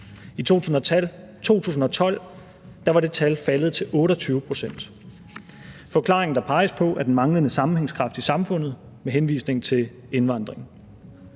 I 2012 var det tal faldet til 28 pct. Forklaringen, der peges på, er den manglende sammenhængskraft i samfundet, med henvisning til indvandring.